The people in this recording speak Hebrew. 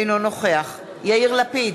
אינו נוכח יאיר לפיד,